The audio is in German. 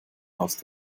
aus